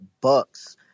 Bucks